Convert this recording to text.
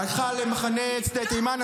הלכה למחנה שדה תימן,